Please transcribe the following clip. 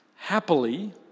Happily